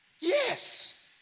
yes